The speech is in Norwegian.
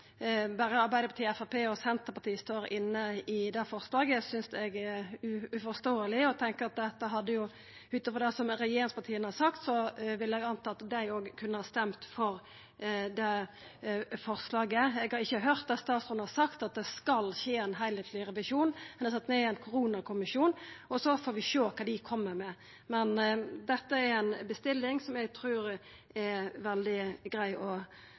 berre Arbeidarpartiet, Framstegspartiet og Senterpartiet står inne i det forslaget, synest eg er uforståeleg. Ut frå det som regjeringspartia har sagt, hadde eg trudd at dei òg kunne ha stemt for det forslaget. Eg har ikkje høyrt statsråden seia at det skal skje ein heilskapleg revisjon. Han har sett ned ein koronakommisjon, og så får vi sjå kva dei kjem med. Dette er ei bestilling eg trur er veldig grei å